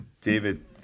David